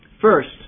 First